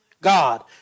God